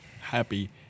happy